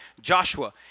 Joshua